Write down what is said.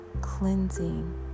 cleansing